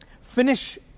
finish